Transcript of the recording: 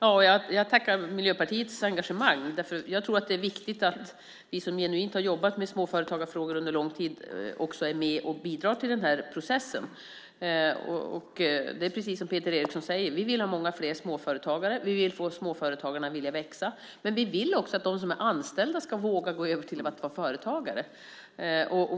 Fru talman! Jag tackar för Miljöpartiets engagemang. Jag tror att det är viktigt att vi som genuint har jobbat med småföretagarfrågor under lång tid också är med och bidrar till denna process. Det är precis som Peter Eriksson säger att vi vill ha många fler småföretagare, vi vill att småföretagen ska vilja växa, men vi vill också att de som är anställda ska våga gå över till att vara företagare.